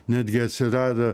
netgi atsirado